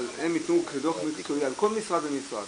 אבל הם ייתנו דוח מקצועי על כל משרד ומשרד